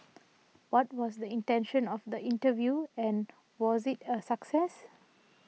what was the intention of the interview and was it a success